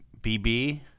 BB